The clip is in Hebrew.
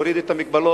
להוריד את המגבלות,